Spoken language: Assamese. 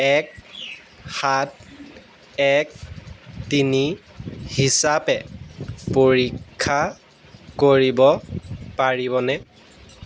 এক সাত এক তিনি হিচাপে পৰীক্ষা কৰিব পাৰিবনে